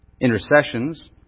intercessions